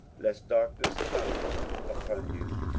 lest darkness come upon you.